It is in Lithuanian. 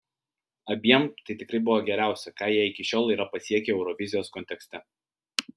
abiem tai tikrai buvo geriausia ką jie iki šiol yra pasiekę eurovizijos kontekste